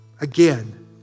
again